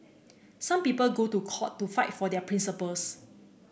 some people go to court to fight for their principles